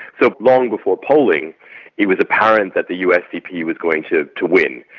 so long before polling it was apparent that the usdp was going to to win,